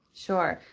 sure.